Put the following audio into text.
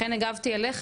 לכן הגבתי אליך,